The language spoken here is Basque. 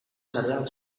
sarean